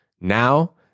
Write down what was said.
Now